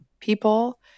people